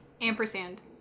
Ampersand